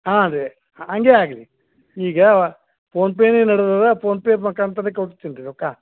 ಹಾಂ ರೀ ಹಾಗೇ ಆಗಲಿ ಈಗ ಫೋನ್ಪೇನೇ ನಡ್ದದೆ ಫೋನ್ಪೇ ಮುಖಾಂತರ ಕೊಡ್ತೀನಿ ರೀ ರೊಕ್ಕ